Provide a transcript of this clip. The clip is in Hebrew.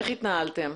איך התנהלת?